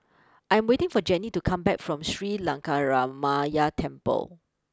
I'm waiting for Gennie to come back from Sri Lankaramaya Temple